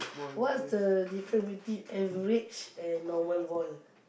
what's the different between average and normal ball